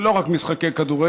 זה לא רק משחקי כדורגל,